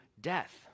death